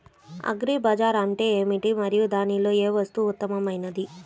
Agri bazaar అంటే ఏమిటి మరియు దానిలో ఏ వస్తువు ఉత్తమమైనది?